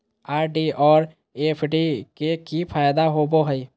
RD और FD के की फायदा होबो हइ?